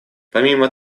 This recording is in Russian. помимо